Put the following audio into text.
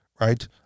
right